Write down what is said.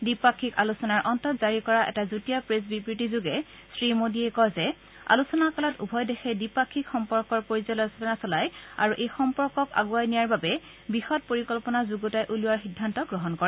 দ্বিপাক্ষিক আলোচনাৰ অন্তত জাৰি কৰা এটা যুটীয়া প্ৰেছ বিবৃতিযোগে শ্ৰীমোদীয়ে কয় যে আলোচনা কালত উভয় দেশে দ্বিপাক্ষিক সম্পৰ্কৰ পৰ্যালোচনা চলাই আৰু এই সম্পৰ্কক আণ্ডৱাই নিয়াৰ অৰ্থে বিশদ পৰিকল্পনা যুণতাই উলিওৱাৰ সিদ্ধান্ত গ্ৰহণ কৰে